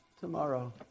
tomorrow